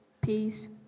peace